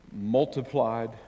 multiplied